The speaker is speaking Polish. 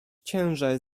ciężar